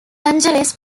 angeles